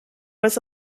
was